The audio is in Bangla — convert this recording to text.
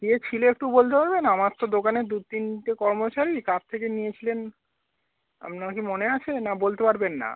কে ছিলো একটু বলতে পারবেন আমার তো দোকানে দু তিনটে কর্মচারী কার থেকে নিয়েছিলেন আপনার কি মনে আছে না বলতে পারবেন না